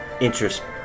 interest